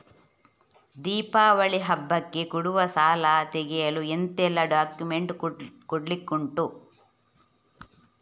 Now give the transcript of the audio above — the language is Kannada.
ದೀಪಾವಳಿ ಹಬ್ಬಕ್ಕೆ ಕೊಡುವ ಸಾಲ ತೆಗೆಯಲು ಎಂತೆಲ್ಲಾ ಡಾಕ್ಯುಮೆಂಟ್ಸ್ ಕೊಡ್ಲಿಕುಂಟು?